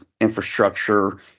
infrastructure